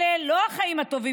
אלה לא החיים הטובים,